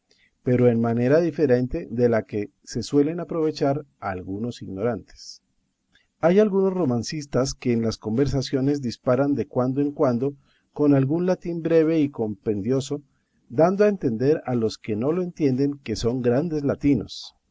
pero en manera diferente de la que se suelen aprovechar algunos ignorantes hay algunos romancistas que en las conversaciones disparan de cuando en cuando con algún latín breve y compendioso dando a entender a los que no lo entienden que son grandes latinos